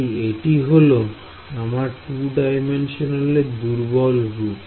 তাই এটি হলো আমার 2D দুর্বল রূপ